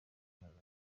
naraye